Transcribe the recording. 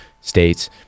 states